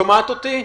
את שומעת אותי?